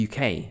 UK